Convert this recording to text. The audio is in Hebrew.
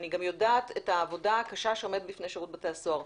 אני גם יודעת את העבודה הקשה שעומדת בפני שירות בתי הסוהר.